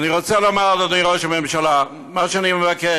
אני רוצה לומר, אדוני ראש הממשלה, מה שאני מבקש: